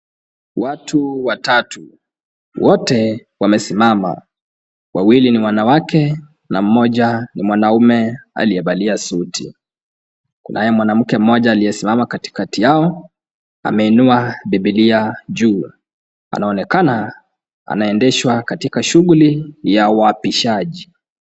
Watu watatu ,wote wamesimama, wawili ni wanawake na mmoja ni mwanamme aliyevalia suti ,kunaye mwanamke mmoja aliyesimama katikati yao ameinua bibilia juu ,anaonekana anaendeshwa katika shughli ya uapisaji.